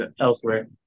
elsewhere